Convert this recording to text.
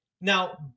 Now